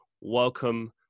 Welcome